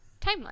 timeline